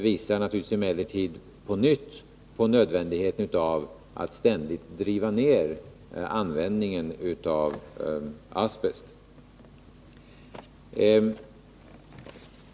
Rapporten visar emellertid på nytt nödvändigheten av att ständigt driva ned användandet av asbest.